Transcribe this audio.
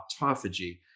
autophagy